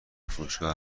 فروشگاه